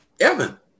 Evan